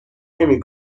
نمی